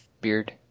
beard